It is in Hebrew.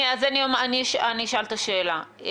אז אני אשאל את השאלה.